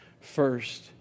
first